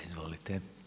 Izvolite.